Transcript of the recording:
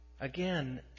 Again